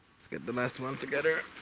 let's get the last one together.